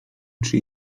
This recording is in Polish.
czy